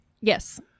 Yes